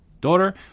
daughter